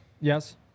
Yes